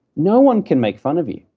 no one can make fun of you.